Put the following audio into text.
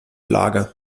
lager